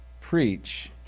preach